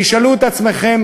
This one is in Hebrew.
תשאלו את עצמכם